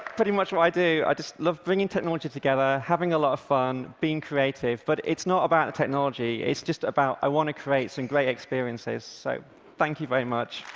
pretty much what i do. i just love bringing technology together, having a lot of fun, being creative. but it's not about the technology. it's just about, i want to create some great experiences. so thank you very much.